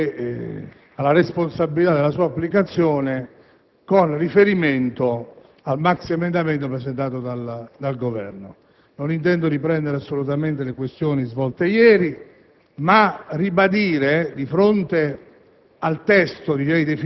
a chi ha la responsabilità della sua applicazione con riferimento al maxiemendamento presentato dal Governo. Non intendo assolutamente riprendere le questioni svolte ieri, ma voglio ribadire, di fronte